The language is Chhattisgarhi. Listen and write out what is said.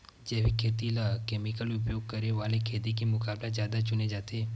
जैविक खेती ला केमिकल उपयोग करे वाले खेती के मुकाबला ज्यादा चुने जाते